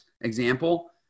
example